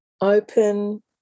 Open